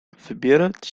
wybierać